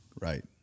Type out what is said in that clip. Right